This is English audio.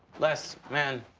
les, man.